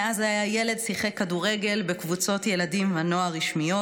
מאז היה ילד הוא שיחק כדורגל בקבוצות ילדים ונוער רשמיות,